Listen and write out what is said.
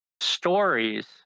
stories